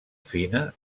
fina